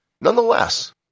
Nonetheless